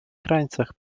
krańcach